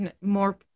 more